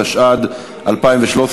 התשע"ד 2013,